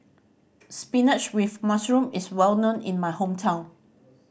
spinach with mushroom is well known in my hometown